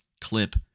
clip